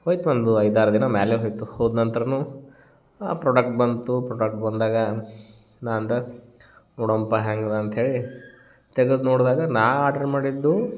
ಹೋಯ್ತು ಒಂದು ಐದು ಆರು ದಿನ ಮೇಲೇ ಹೋಯಿತು ಹೋದ ನಂತ್ರವೂ ಆ ಪ್ರಾಡಕ್ಟ್ ಬಂತು ಪ್ರಾಡಕ್ಟ್ ಬಂದಾಗ ನಾ ಅಂದೆ ನೋಡೊಣಪ್ಪ ಹ್ಯಾಂಗದೆ ಅಂತ ಹೇಳಿ ತೆಗದು ನೋಡಿದಾಗ ನಾ ಆರ್ಡ್ರ್ ಮಾಡಿದ್ದು